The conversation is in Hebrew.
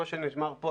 מה שנאמר פה,